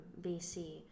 BC